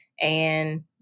and-